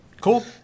Cool